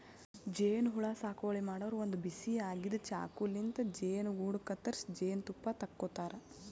ಜೇನಹುಳ ಸಾಗುವಳಿ ಮಾಡೋರು ಒಂದ್ ಬಿಸಿ ಆಗಿದ್ದ್ ಚಾಕುಲಿಂತ್ ಜೇನುಗೂಡು ಕತ್ತರಿಸಿ ಜೇನ್ತುಪ್ಪ ತಕ್ಕೋತಾರ್